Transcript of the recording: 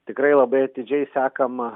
tikrai labai atidžiai sekama